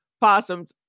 Possums